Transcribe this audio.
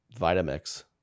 Vitamix